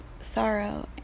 sorrow